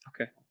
Okay